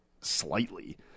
slightly